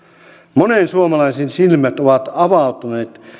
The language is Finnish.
monen suomalaisen silmät ovat avautuneet